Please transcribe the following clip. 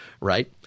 right